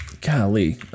golly